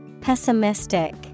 Pessimistic